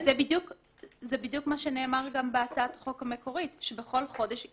זה בדיוק מה שנאמר בהצעת החוק המקורית, שבכל חודש,